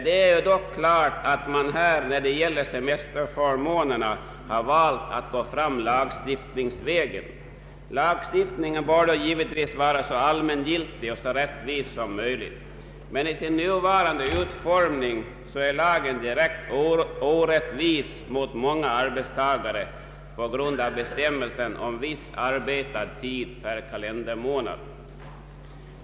Det är dock klart att man när det gäller semesterförmånerna har valt att gå fram lagstiftningsvägen. Lagstiftningen bör då givetvis vara så allmängiltig och så rättvis som möjligt. Men i sin nuvarande utformning är lagen direkt orättvis mot många arbetstagare på grund av bestämmelsen om viss arbetad tid per kalendermånad.